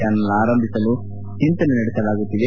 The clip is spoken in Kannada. ಚಾನಲ್ ಆರಂಭಿಸಲು ಚಿಂತನೆ ಮಾಡಲಾಗುತ್ತಿದೆ